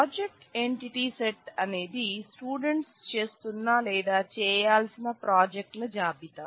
project entity set అనేది students చేస్తున్న లేదా చేయాల్సిన ప్రాజెక్ట్ ల జాబితా